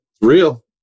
Real